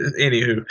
anywho